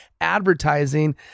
advertising